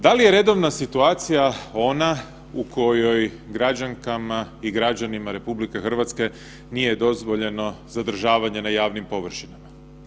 Da li je redovna situacija ona u kojoj građankama i građanima RH nije dozvoljeno zadržavanje na javnim površinama?